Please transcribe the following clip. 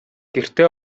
гэртээ